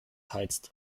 heizt